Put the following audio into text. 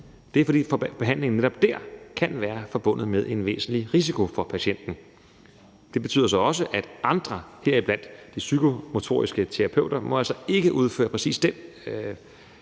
fordi den behandling kan være forbundet med en væsentlig risiko for patienten. Det betyder så også, at andre, heriblandt de psykomotoriske terapeuter, ikke må udføre præcis den